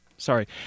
Sorry